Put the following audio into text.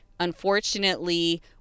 Unfortunately